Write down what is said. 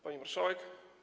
Pani Marszałek!